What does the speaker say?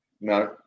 No